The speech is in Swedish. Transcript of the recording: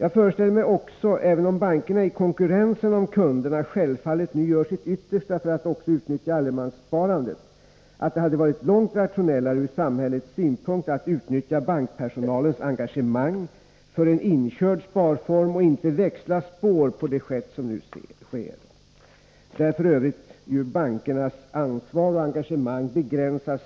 Jag föreställer mig också, även om bankerna i konkurrensen om kunderna självfallet nu gör sitt yttersta för att också utnyttja allemanssparandet, att det hade varit långt rationellare ur samhällets synpunkt att utnyttja bankpersonalens engagemang för en inkörd sparform och inte växla spår på det sätt som nu sker, där f. ö. bankerna — vilka tidigare haft ansvar och engagemang — begränsas